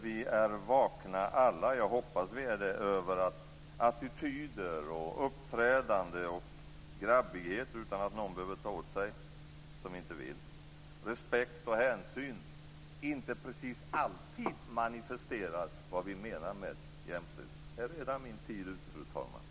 Vi är alla vakna över att attityder, uppträdande, grabbighet, - utan att någon behöver ta åt sig, som inte vill - respekt och hänsyn inte precis alltid manifesterar vad vi menar med jämställdhet. Är min taletid redan ute, fru talman!